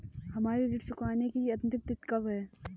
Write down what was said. हमारी ऋण चुकाने की अंतिम तिथि कब है?